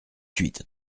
huit